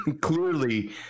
clearly